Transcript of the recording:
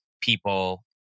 people